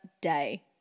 day